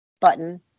Button